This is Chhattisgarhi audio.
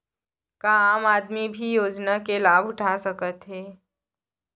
का आम आदमी भी योजना के लाभ उठा सकथे?